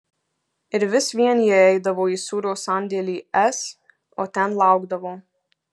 ir vis vien jie eidavo į sūrio sandėlį s o ten laukdavo